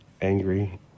angry